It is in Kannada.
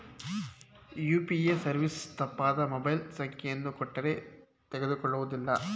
ಯು.ಪಿ.ಎ ಸರ್ವಿಸ್ ತಪ್ಪಾದ ಮೊಬೈಲ್ ಸಂಖ್ಯೆಯನ್ನು ಕೊಟ್ಟರೇ ತಕೊಳ್ಳುವುದಿಲ್ಲ